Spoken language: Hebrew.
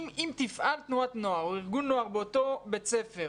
אם יפעלו תנועת נוער או ארגון באותו בית ספר,